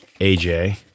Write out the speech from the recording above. AJ